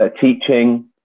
teaching